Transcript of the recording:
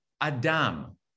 Adam